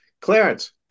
Clarence